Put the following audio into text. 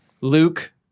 Luke